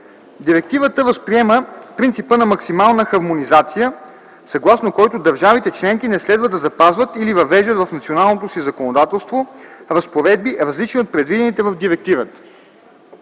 Директивата възприема принципа на максимална хармонизация, съгласно който държавите членки не следва да запазват или въвеждат в националното си законодателство разпоредби, различни от предвидените в директивата.